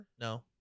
no